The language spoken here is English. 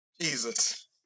Jesus